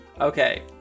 Okay